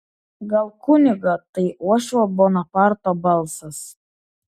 gal kunigą tai uošvio bonaparto balsas